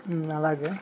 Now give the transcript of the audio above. అలాగే